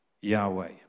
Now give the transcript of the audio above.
Yahweh